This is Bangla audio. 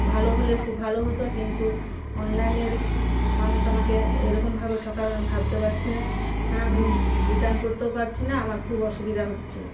ভাল হলে খুব ভাল হতো কিন্তু অনলাইনের মানুষ আমাকে এইরকমভাবে ঠকাবে আমি ভাবতে পারছি না না আমি রিটার্ন করতেও পারছি না আমার খুব অসুবিধা হচ্ছে